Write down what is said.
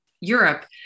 Europe